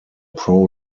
pro